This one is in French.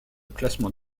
classement